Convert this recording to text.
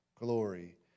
glory